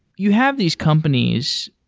you have these companies,